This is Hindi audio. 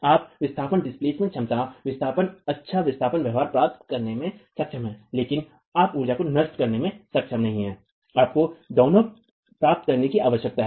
आप विस्थापन क्षमता विस्थापन अच्छा विस्थापन व्यवहार प्राप्त करने में सक्षम हैं लेकिन आप ऊर्जा को नष्ट करने में सक्षम नहीं हैं आपको दोनों प्राप्त करने की आवश्यकता है